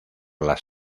las